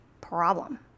problem